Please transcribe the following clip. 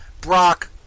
Brock